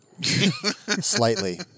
Slightly